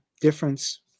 difference